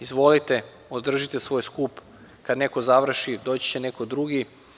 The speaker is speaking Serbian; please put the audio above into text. Izvolite, održite svoj skup kada neko završi doći će neko drugi.